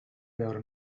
veure